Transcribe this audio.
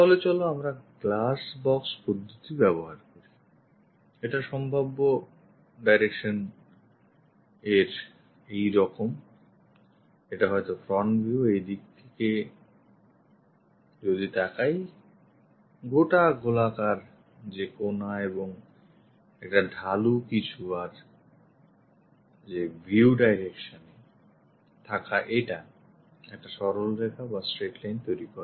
তাহলে চলো আমরা glass box পদ্ধতি ব্যবহার করি এর সম্ভাব্য direction এরকম এটা হয়তো front view এই দিক দিয়ে যদি তাকাই গোটা গোলাকার কোনা এবং একটা ঢালু কিছু আর ভিউ ডাইরেকশন এview direction এ থাকা এটা একটা সরলরেখা বা straight line তৈরী করে